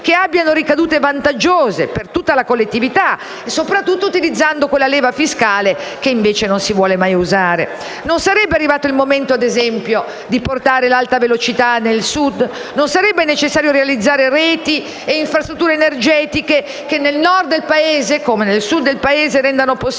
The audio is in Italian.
che abbiano ricadute vantaggiose per tutta la collettività, soprattutto utilizzando quella leva fiscale che invece non si vuole mai usare. Non sarebbe arrivato il momento, ad esempio, di portare l'alta velocità nel Sud? Non sarebbe necessario realizzare reti e infrastrutture energetiche che nel Nord del Paese, come nel Sud, rendano possibile